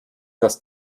das